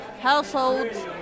households